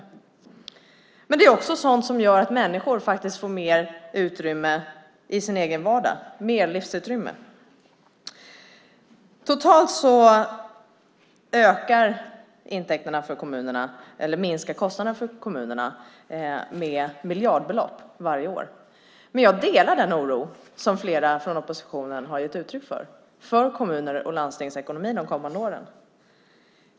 Det är också sådant som gör att människor får mer livsutrymme i sin egen vardag. Totalt ökar intäkterna för kommunerna - eller rättare: kostnaderna för kommunerna minskar - med miljardbelopp varje år, men jag delar den oro för kommunernas och landstingens ekonomi de kommande åren som flera i oppositionen har gett uttryck för.